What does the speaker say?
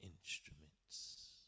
instruments